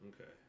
Okay